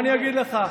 אני לא עשיתי כלום.